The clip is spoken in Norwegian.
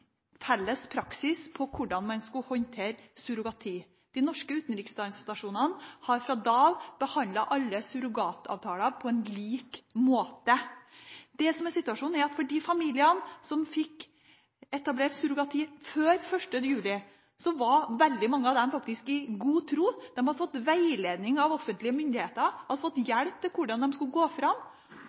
felles praksis for hvordan man skulle håndtere surrogati. De norske utenriksstasjonene har fra da av behandlet alle surrogatavtaler på lik måte. Det som er situasjonen, er at av de familiene som fikk etablert surrogati før 1. juli, var veldig mange faktisk i god tro. De hadde fått veiledning av offentlige myndigheter, de hadde fått hjelp til hvordan de skulle gå fram,